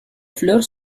fleurs